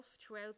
throughout